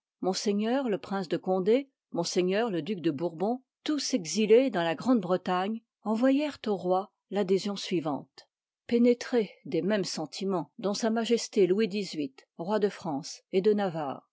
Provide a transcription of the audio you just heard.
m le prince de condé m le duc de bourbon tous exilés dans la grande bretagne envoyèrent au roi l'adhésion suivante pénétrés des mêmes sentimens dont s m louis xviii roi de france et de navarre